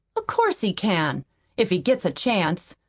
of course he can if he gets a chance!